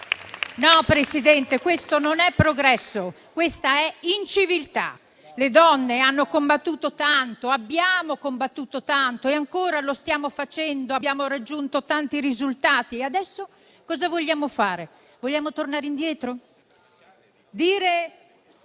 No, Presidente, questo non è progresso, questa è inciviltà. Le donne hanno combattuto tanto, abbiamo combattuto tanto e ancora lo stiamo facendo. Abbiamo raggiunto tanti risultati e adesso cosa vogliamo fare? Vogliamo tornare indietro? Dire